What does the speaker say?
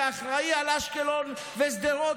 שאחראי לאשקלון ושדרות,